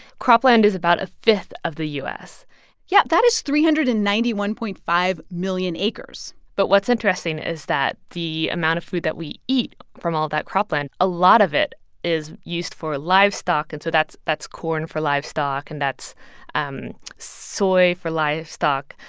cropland is about a fifth of the u s yeah. that is three hundred and ninety one point five million acres but what's interesting is that the amount of food that we eat from all that cropland a lot of it is used for livestock. and so that's that's corn for livestock, and that's um soy for livestock.